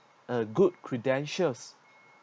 a good credentials